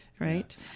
Right